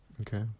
Okay